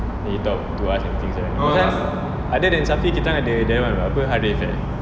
he talk to us and things like that other than safi kita orang ada that [one] [what] harith eh